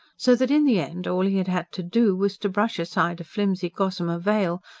so that, in the end, all he had had to do was to brush aside a flimsy gossamer veil,